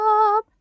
up